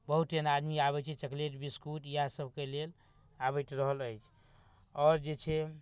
बहुत एहन आदमी आबै छै चॉकलेट बिसकुट इएहसबके लेल आबैत रहल अछि आओर जे छै